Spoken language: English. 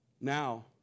now